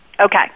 Okay